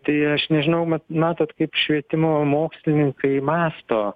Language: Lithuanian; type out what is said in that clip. tai aš nežinau mat matot kaip švietimo mokslininkai mąsto